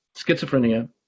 schizophrenia